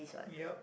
yup